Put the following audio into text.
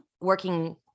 working